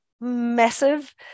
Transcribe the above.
massive